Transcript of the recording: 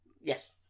Yes